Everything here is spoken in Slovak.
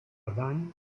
daň